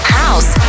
house